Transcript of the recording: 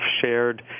shared